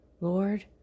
Lord